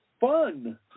fun